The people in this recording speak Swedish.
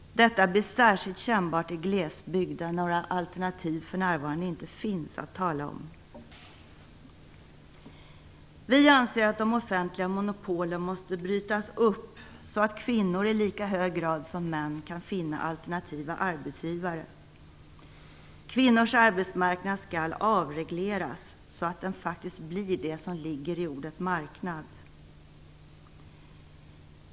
Detta blir särskilt kännbart i glesbygd, där några alternativ att tala om inte finns för närvarande. Vi anser att de offentliga monopolen måste brytas upp så att kvinnor i lika hög grad som män kan finna alternativa arbetsgivare. Kvinnors arbetsmarknad skall avregleras så att den faktiskt blir det som ligger i ordet marknad.